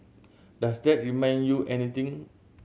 does that remind you anything